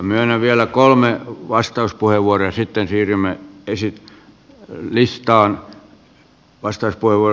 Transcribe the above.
myönnän vielä kolme vastauspuheenvuoroa ja sitten siirrymme listaan